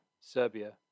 Serbia